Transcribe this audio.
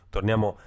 Torniamo